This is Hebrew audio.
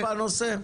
עוסק בנושא?